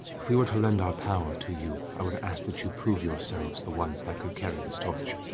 if we were to lend our power to you, i would ask that you prove yourselves the ones that could carry this torch.